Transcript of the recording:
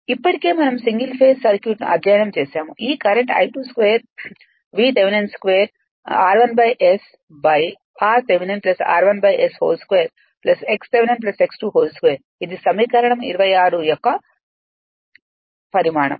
ఇప్పటికే మనం single phase సర్క్యూట్ను అధ్యయనం చేసాము ఈకరెంట్ I22 V థెవెనిన్2 r1s rథెవెనిన్ r1s2 xథెవెనిన్ x 2 2 ఇది సమీకరణం 26 యొక్క పరిమాణం